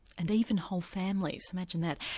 and even whole families. imagine that!